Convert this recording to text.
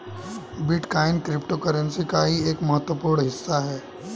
bitcoin cryptocurrency का ही एक महत्वपूर्ण हिस्सा है